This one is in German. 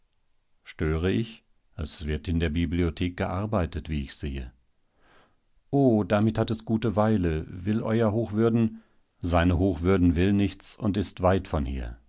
störe ich es wird in der bibliothek gearbeitet wie ich sehe o damit hat es gute weile will euer hochwürden seine hochwürden will nichts und ist weit von hier